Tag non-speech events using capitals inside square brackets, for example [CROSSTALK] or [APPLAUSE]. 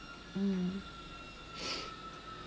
mm [NOISE]